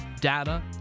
data